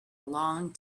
long